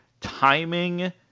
Timing